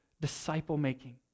disciple-making